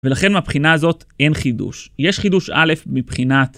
ולכן מהבחינה הזאת אין חידוש. יש חידוש א' מבחינת...